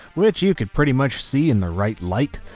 which you could pretty much see in the right light,